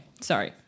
Sorry